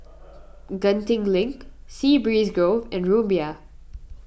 Genting Link Sea Breeze Grove and Rumbia